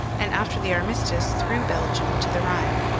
and, after the armistice, through belgium to the rhine.